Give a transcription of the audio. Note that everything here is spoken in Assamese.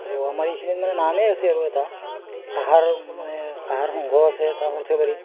আৰু আমাৰ এইখিনিত নামে আছে আৰু এটা কাঁহৰ মানে কাঁহৰ সংঘ আছে এটা সৰ্থেবাৰীত